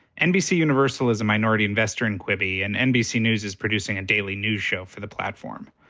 nbc universal is a minority investor in quibi and nbc news is producing a daily news show for the platform.